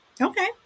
okay